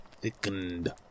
thickened